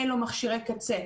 אין לו מכשירי קצה,